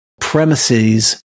premises